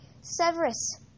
Severus